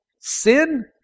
Sin